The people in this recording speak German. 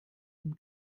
dem